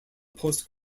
post